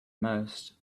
most